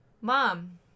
Mom